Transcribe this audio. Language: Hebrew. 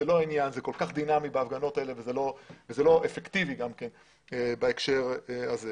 זה כל כך דינמי בהפגנות האלה וזה גם לא אפקטיבי בהקשר הזה.